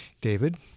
David